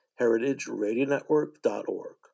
heritageradionetwork.org